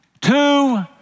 two